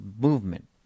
movement